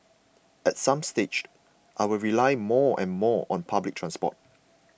at some stage I will rely more and more on public transport